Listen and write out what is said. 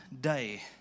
day